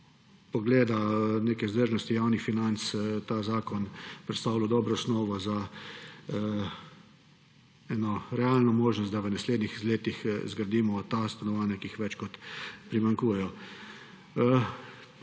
pogleda vzdržnosti javnih financ ta zakon predstavlja dobro osnovo za realno možnost, da v naslednjih letih zgradimo ta stanovanja, ki jih primanjkuje.